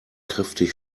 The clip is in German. kräftig